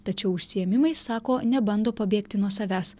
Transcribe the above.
tačiau užsiėmimais sako nebando pabėgti nuo savęs